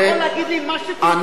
אתה יכול להגיד לי מה שתרצה, אני